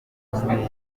amasezerano